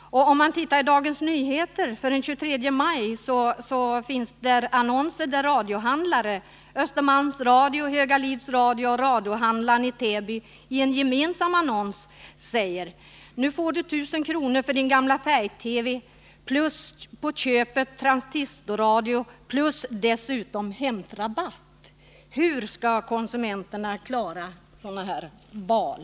I Dagens Nyheter för den 23 maj finns det annonser där radiohandlarna Östermalms Radio, Högalids Radio och Radiohandlar'n i Täby i en gemensam annons säger: ”Nu får du 1 000:- för din gamla färg-TV + på köpet transistorradio + dessutom hämtrabatt.” — Hur skall konsumenterna kunna klara sådana här val?